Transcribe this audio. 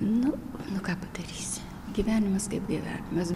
nu nu ką padarysi gyvenimas kaip gyvenimas